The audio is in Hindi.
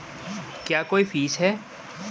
क्या कोई फीस है?